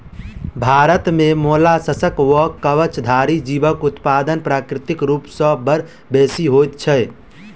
भारत मे मोलास्कक वा कवचधारी जीवक उत्पादन प्राकृतिक रूप सॅ बड़ बेसि होइत छै